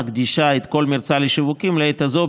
מקדישה את כל מרצה לשיווקים לעת הזו,